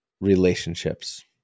relationships